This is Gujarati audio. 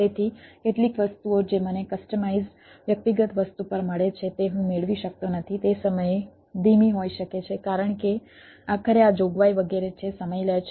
તેથી કેટલીક વસ્તુઓ જે મને કસ્ટમાઇઝ્ડ વ્યક્તિગત વસ્તુ પર મળે છે તે હું મેળવી શકતો નથી તે સમયે ધીમી હોઈ શકે છે કારણ કે આખરે આ જોગવાઈ વગેરે છે સમય લે છે